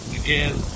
again